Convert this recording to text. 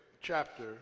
chapter